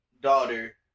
daughter